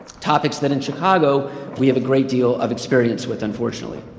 topics that in chicago we have a great deal of experience with, unfortunately.